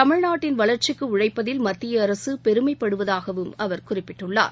தமிழ்நாட்டின் வளர்ச்சிக்குஉழைப்பதில் மத்தியஅரசுபெருமைப்படுவதாகவும் அவர் குறிப்பிட்டுள்ளார்